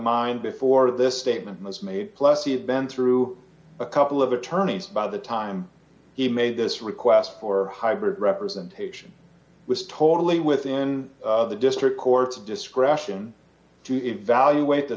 mind before this statement was made plus he had been through a couple of attorneys by the time he made this request for hybrid representation was totally within the district court's discretion to evaluate the